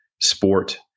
sport